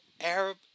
Arab